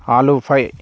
ఆలు ఫై